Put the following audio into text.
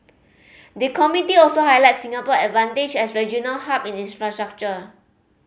the committee also highlighted Singapore advantage as regional hub in infrastructure